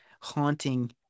haunting